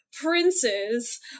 princes